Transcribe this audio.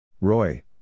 Roy